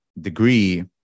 degree